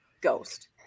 ghost